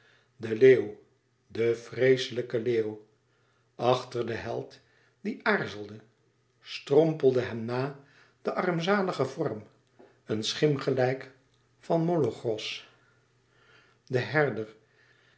de leeuw de vreeslijke leeuw achter den held die aarzelde strompelde hem na de armzalige vorm een schim gelijk van molorchos den herder